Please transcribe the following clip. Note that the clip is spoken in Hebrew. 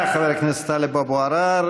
גינית את הרצח בפנסילבניה אתמול?